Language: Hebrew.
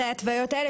אחרי ההתוויות האלה,